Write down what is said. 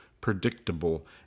predictable